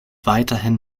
weiterhin